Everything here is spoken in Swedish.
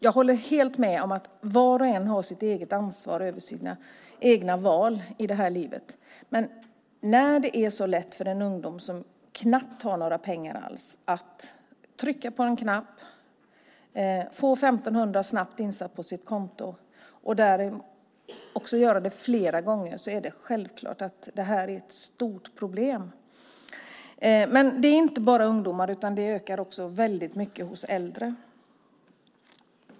Jag håller helt med om att var och en har ansvar över sina egna val i det här livet. Men när det är så lätt för en ung person som knappt har några pengar alls att trycka på en knapp och snabbt få 1 500 kronor insatta på sitt konto och att också göra det flera gånger är det självklart att det här är ett stort problem. Men det är inte bara ungdomar som tar de här lånen, utan det ökar också väldigt mycket bland äldre.